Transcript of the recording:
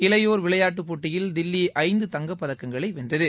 இளையோர் விளையாட்டுப் போட்டியில் தில்லி ஐந்து தங்கப்பதக்கங்களை வென்றது